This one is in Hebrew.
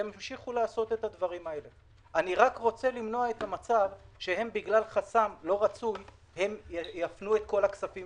אני רוצה למנוע מצב שבו בגלל חסם הם יפנו את כל הכספים